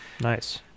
Nice